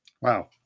Wow